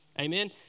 Amen